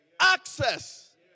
access